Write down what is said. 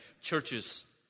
Churches